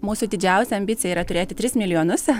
mūsų didžiausia ambicija yra turėti tris milijonus